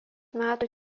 metų